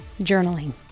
journaling